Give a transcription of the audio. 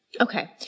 Okay